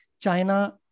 China